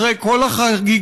אחרי כל החגיגות,